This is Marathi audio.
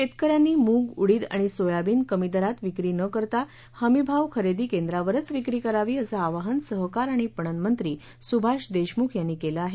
शेतकऱ्यांनी मूग उडीद आणि सोयाबीन कमी दरात विक्री न करता हमीभाव खरेदी केंद्रावरच विक्री करावी असं आवाहन सहकार आणि पणनमंत्री सुभाष देशमुख यांनी केलं आहे